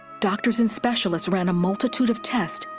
doctors and specialists ran a multitude of tests.